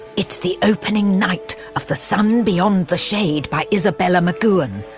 it's the opening night of the sun beyond the shade by isabella mcgoohan.